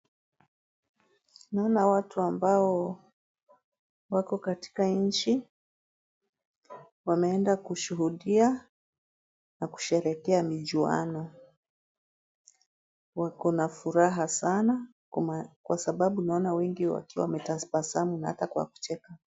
Naona watu ambao wako katika nchi wameenda kushuhudia na kusherehekea michuano. Wako na furaha sanaa kwa sababu naona wengi wakiwa wametabasamu na hata kwa kucheka.